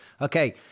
Okay